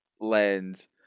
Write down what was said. lens